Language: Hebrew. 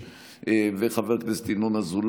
אני רואה, חבר הכנסת מעוז,